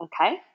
Okay